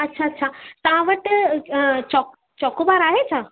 अच्छा अच्छा तव्हां वटि अ चोक चोकोबार आहे छा